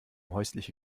häusliche